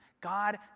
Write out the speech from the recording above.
God